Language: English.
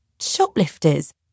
Shoplifters